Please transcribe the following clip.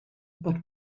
bod